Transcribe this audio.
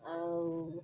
ଆଉ